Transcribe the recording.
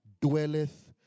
dwelleth